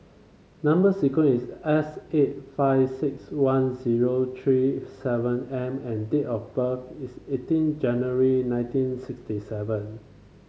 number sequence is S eight five six one zero three seven M and date of birth is eighteen January nineteen sixty seven